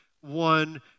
one